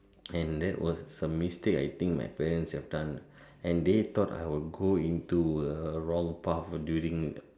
and that was a mistake I think my parents have done and they thought I would go into a wrong path during